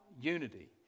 unity